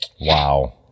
Wow